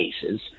cases